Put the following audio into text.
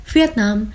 Vietnam